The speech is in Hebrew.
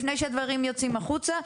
לפני שהדברים יוצאים החוצה.